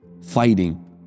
Fighting